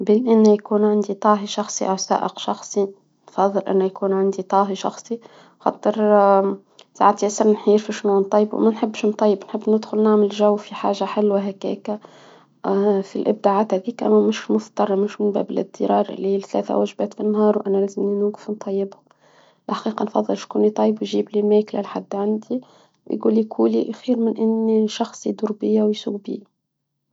بين ان يكون عندي طاهي شخصي أو سائق شخصي. بفضل انه يكون عندي طاهي شخصي. فاضطر نحيف شلون طيب وما نحبش نطيب. نحب ندخل نعمل جو في حاجة حلوة هكاك. آآ في الابداعات هذيك انا مش مضطرة مشافة وجبات في النهار وانا لازمني نوقف نطيب الحقيقة نفضل يطيب ويجيبني هيك لحد عندي ويقولي كولي أفضل من أن شخص يدور بيا ويسوق بي